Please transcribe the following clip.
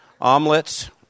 omelets